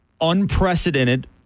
unprecedented